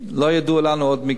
לא ידועים לנו עוד מקרים.